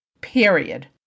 period